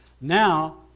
Now